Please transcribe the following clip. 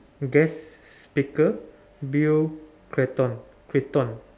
guest speaker Bill Clinton Clinton